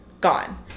gone